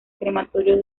crematorio